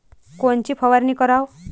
कोनची फवारणी कराव?